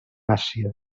àsia